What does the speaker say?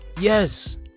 Yes